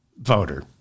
voter